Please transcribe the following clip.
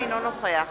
אינו נוכח